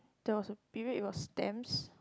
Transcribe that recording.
there was a period it was stamps